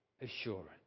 assurance